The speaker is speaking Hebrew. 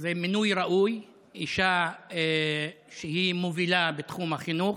זה מינוי ראוי, אישה שהיא מובילה בתחום החינוך.